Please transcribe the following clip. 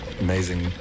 amazing